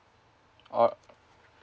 oh